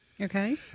Okay